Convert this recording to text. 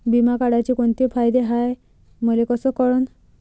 बिमा काढाचे कोंते फायदे हाय मले कस कळन?